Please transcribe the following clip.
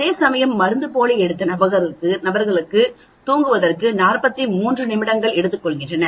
அதேசமயம் மருந்துப்போலி எடுத்த நபர்களுக்கு தூங்குவதற்கு 43 நிமிடங்கள் பிடித்தன